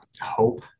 hope